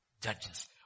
Judges